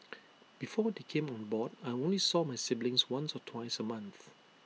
before they came on board I only saw my siblings once or twice A month